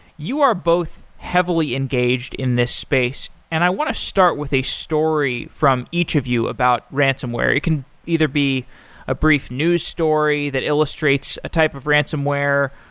you are both heavily engaged in this space, and i want to start with a story from each of you about ransomware. it can either be a brief news story that illustrates a type of ransomware,